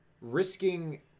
risking